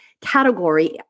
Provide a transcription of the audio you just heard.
category